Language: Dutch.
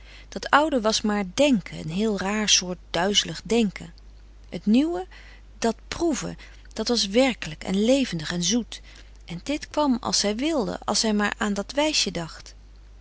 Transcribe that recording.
dat oude was maar denken een heel raar soort duizelig denken het nieuwe dat proeven dat was werkelijk en levendig en zoet en dit kwam als zij wilde als zij maar aan dat wijsje dacht